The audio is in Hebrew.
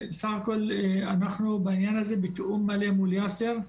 סך הכל, אנחנו בעניין הזה בתיאום מלא מול יאסר,